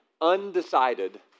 undecided